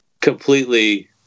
completely